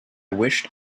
wished